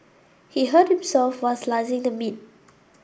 he hurt himself while slicing the meat